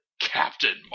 Captain